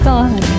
God